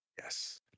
yes